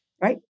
right